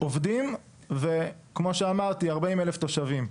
עובדים ו-40,000 תושבים.